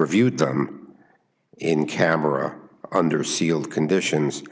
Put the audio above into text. reviewed in camera under seal conditions